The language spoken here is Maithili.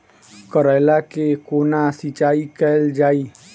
करैला केँ कोना सिचाई कैल जाइ?